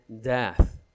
death